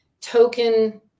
token